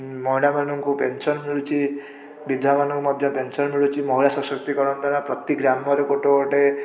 ମହିଳାମାନଙ୍କୁ ପେନସନ୍ ମିଳୁଛି ବିଧବାମାନଙ୍କୁ ମଧ୍ୟ ପେନସନ୍ ମିଳୁଛି ମହିଳା ସଶକ୍ତିକରଣ ଦ୍ୱାରା ପ୍ରତି ଗ୍ରାମରେ ଗୋଟେ ଗୋଟେ